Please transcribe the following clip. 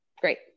great